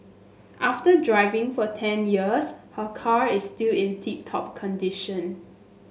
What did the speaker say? after driving for ten years her car is still in tip top condition